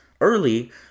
early